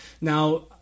Now